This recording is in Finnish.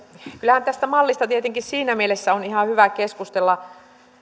kyllähän tästä mallista tietenkin siinä mielessä on ihan hyvä keskustella